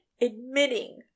admitting